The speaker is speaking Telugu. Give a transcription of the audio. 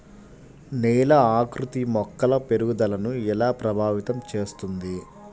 నేల ఆకృతి మొక్కల పెరుగుదలను ఎలా ప్రభావితం చేస్తుంది?